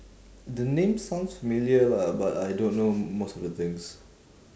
the name sounds familiar lah but I don't know most of the things